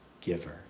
giver